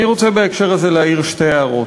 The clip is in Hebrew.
אני רוצה בהקשר הזה להעיר שתי הערות.